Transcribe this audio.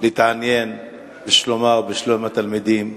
להתעניין בשלומה ובשלום התלמידים,